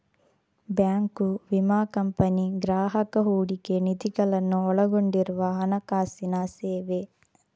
bank, ವಿಮಾ company, ಗ್ರಾಹಕ ಹೂಡಿಕೆ ನಿಧಿಗಳನ್ನು ಒಳಗೊಂಡಿರುವ ಹಣಕಾಸಿನ ಸೇವೆ